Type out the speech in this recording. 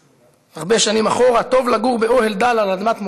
הרבה שנים אחורה: טוב לגור באוהל דל על אדמת מולדת,